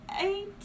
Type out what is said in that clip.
eight